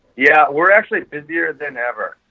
yeah, we're actually busier than ever,